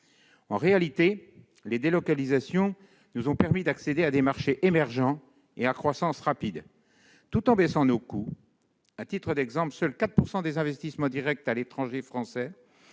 En réalité, les délocalisations nous ont permis d'accéder à des marchés émergents à croissance rapide tout en faisant baisser nos coûts. À titre d'exemple, seuls 4 % des investissements directs français